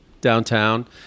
downtown